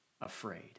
afraid